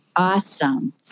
Awesome